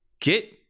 get